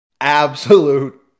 Absolute